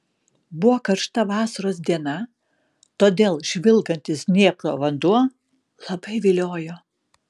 buvo karšta vasaros diena todėl žvilgantis dniepro vanduo labai viliojo